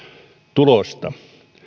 tulosta